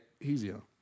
easier